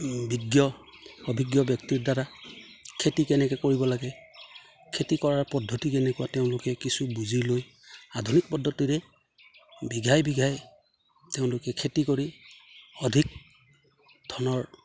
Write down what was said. বিজ্ঞ অভিজ্ঞ ব্যক্তিৰ দ্বাৰা খেতি কেনেকৈ কৰিব লাগে খেতি কৰাৰ পদ্ধতি কেনেকুৱা তেওঁলোকে কিছু বুজি লৈ আধুনিক পদ্ধতিৰে বিঘাই বিঘাই তেওঁলোকে খেতি কৰি অধিক ধনৰ